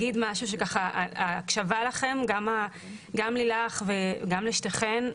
ההקשבה לכם, גם לילך וגם לשתיכן,